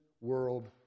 world